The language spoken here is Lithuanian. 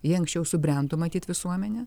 jie anksčiau subrendo matyt visuomenė